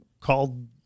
called